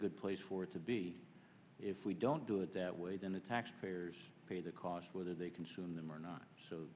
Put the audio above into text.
good place for it to be if we don't do it that way then the taxpayers pay the cost whether they consume them or not so